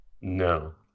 No